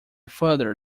further